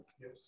yes